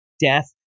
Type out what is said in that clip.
death